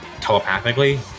telepathically